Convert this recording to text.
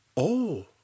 Oh